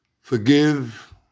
forgive